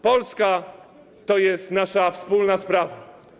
Polska to jest nasza wspólna sprawa.